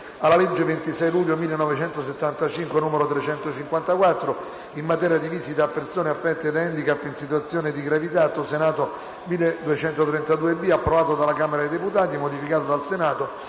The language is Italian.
alla legge 26 luglio 1975, n. 354, in materia di visita a persone affette da* handicap *in situazione di gravità*** *(Approvato dalla Camera dei deputati, modificato dal Senato